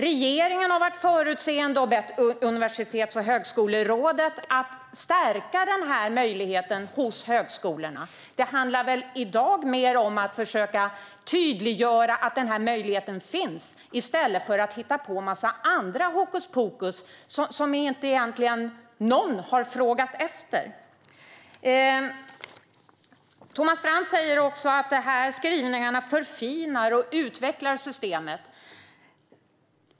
Regeringen har varit förutseende och bett Universitets och högskolerådet att stärka denna möjlighet hos högskolorna. Det handlar i dag mer om att tydliggöra att möjligheten finns, i stället för att hitta på en massa annat hokuspokus som egentligen ingen har efterfrågat. Thomas Strand säger också att skrivningarna förfinar och utvecklar systemet.